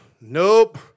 nope